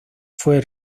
fue